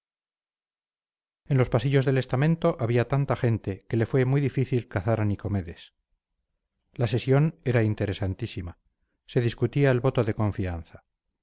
en los pasillos del estamento había tanta gente que le fue muy difícil cazar a nicomedes la sesión era interesantísima se discutía el voto de confianza